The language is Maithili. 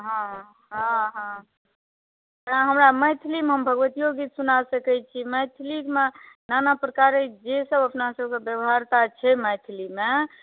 हॅं हॅं हॅं ओना हमरा मैथिलीमे बेसिए गीत सुना सकै छी मैथिलीमे नाना प्रकारक जे सब अपना सब व्यवहार काज छै मैथिलीमे